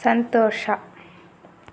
ಸಂತೋಷ